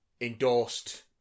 endorsed